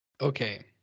Okay